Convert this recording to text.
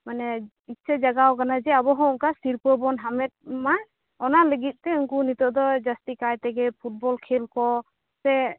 ᱢᱟᱱᱮ ᱤᱪᱪᱷᱟᱹ ᱡᱟᱜᱟᱣᱟᱠᱟᱱᱟ ᱡᱮ ᱟᱵᱚᱦᱚᱸ ᱚᱱᱠᱟ ᱥᱤᱨᱯᱟ ᱵᱚᱱ ᱦᱟᱢᱮᱴᱢᱟ ᱚᱱᱟ ᱞᱟᱹᱜᱤᱫᱛᱮ ᱩᱱᱠᱩ ᱱᱤᱛᱚᱜ ᱫᱚ ᱡᱟᱹᱥᱛᱤ ᱠᱟᱭ ᱛᱮᱜᱮ ᱯᱷᱩᱴᱵᱚᱞ ᱠᱷᱮᱞ ᱠᱚ ᱥᱮ